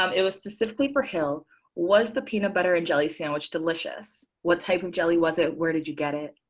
um it was specifically for hill was the peanut butter and jelly sandwich delicious? what type of jelly was it? where did you get it?